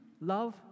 love